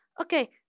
okay